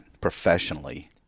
professionally